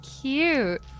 cute